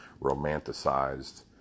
romanticized